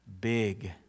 big